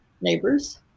neighbors